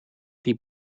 die